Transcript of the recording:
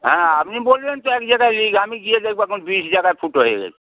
হ্যাঁ আপনি বললেন তো এক জায়গায় লিক আমি গিয়ে দেখব এখন বিশ জায়গায় ফুটো হয়ে গিয়েছে